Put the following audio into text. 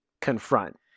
confront